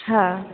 हा